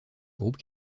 groupe